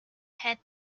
head